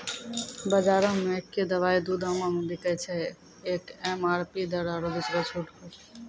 बजारो मे एक्कै दवाइ दू दामो मे बिकैय छै, एक एम.आर.पी दर आरु दोसरो छूट पर